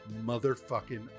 motherfucking